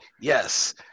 Yes